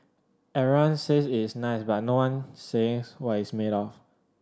everyone says it's nice but no one says what it's made of